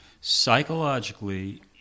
psychologically